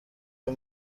uyu